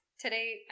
Today